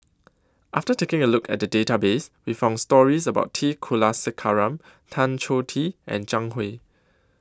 after taking A Look At The Database We found stories about T Kulasekaram Tan Choh Tee and Zhang Hui